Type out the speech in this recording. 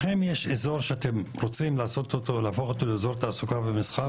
לכם יש אזור שאתם רוצים להפוך אותו לאזור תעסוקה ומסחר?